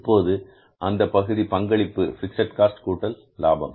இதுதான் அந்தப் பகுதி பங்களிப்பு என்பது பிக்ஸட் காஸ்ட் கூட்டல் லாபம்